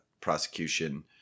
prosecution